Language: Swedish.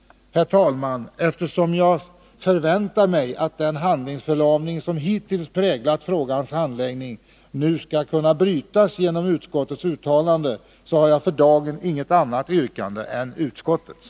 Herr talman! Eftersom jag förväntar mig att den handlingsförlamning som hittills präglat frågans handläggning nu skall brytas genom utskottets uttalande har jag för dagen inget annat yrkande än utskottets.